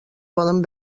poden